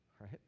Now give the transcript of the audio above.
Right